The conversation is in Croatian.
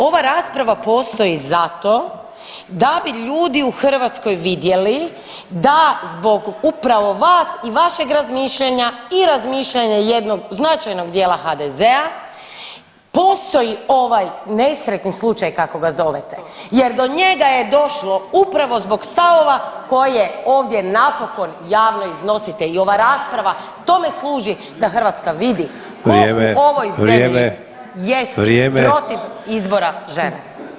Ova rasprava postoji zato da bi ljudi u Hrvatskoj vidjeli da zbog upravo vas i vašeg razmišljanja i razmišljanja jednog značajnog dijela HDZ-a postoji ovaj nesretni slučaj kako ga zovete jer do njega je došlo upravo zbog stavova koje ovdje napokon javno iznosite i ova rasprava tome služi da Hrvatska vidi [[Upadica: Vrijeme.]] tko u ovoj zemlji [[Upadica: Vrijeme.]] jest [[Upadica: Vrijeme.]] protiv izbora žene.